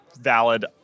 valid